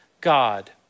God